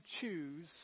choose